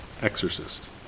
exorcist